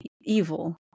evil